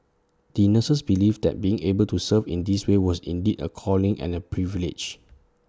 the nurses believed that being able to serve in this way was indeed A calling and A privilege